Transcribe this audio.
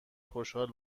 خوشحال